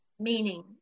meaning